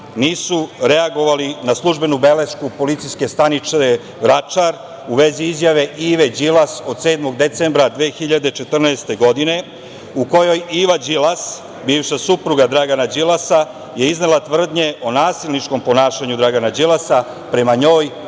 nisu reagovali na službenu belešku policijske stanice Vračar u vezi izjave Ive Đilas od 7. decembra 2014. godine, u kojoj Iva Đilas, bivša supruga Dragana Đilasa, je iznela tvrdnje o nasilničkom ponašanju Dragana Đilasa prema njoj